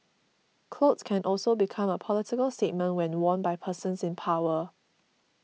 clothes can also become a political statement when worn by persons in power